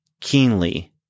keenly